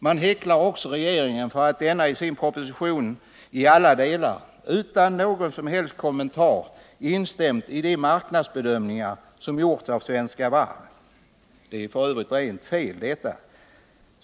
Man häcklar också regeringen för att den i sin proposition i alla delar, utan någon som helst kommentar, instämt i de marknadsbedömningar som gjorts av Svenska Varv. Detta är f. ö. helt fel.